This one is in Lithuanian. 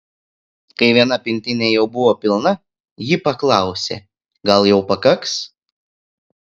kai viena pintinė jau buvo pilna ji paklausė gal jau pakaks